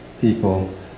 people